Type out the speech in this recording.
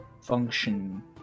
function